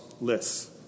lists